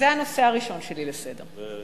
זה הנושא הראשון שלי לסדר-היום.